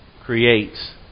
creates